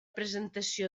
presentació